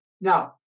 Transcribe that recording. Now